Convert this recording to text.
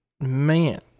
Man